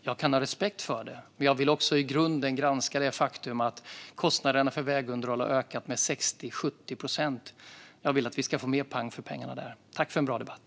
Jag kan ha respekt för det, men jag vill också i grunden granska det faktum att kostnaderna för vägunderhåll har ökat med 60-70 procent. Jag vill att vi ska få mer pang för pengarna där. Tack för en bra debatt!